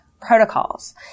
protocols